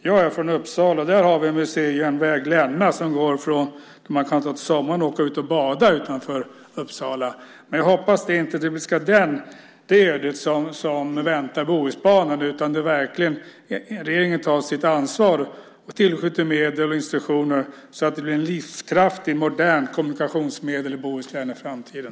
Jag är från Uppsala, och där har vi en museijärnväg som man kan åka till Länna med för att bada på sommaren. Jag hoppas att det inte är det ödet som väntar Bohusbanan utan att regeringen verkligen tar sitt ansvar och tillskjuter medel och instruktioner så att det blir ett livskraftigt, modernt kommunikationsmedel i Bohuslän i framtiden.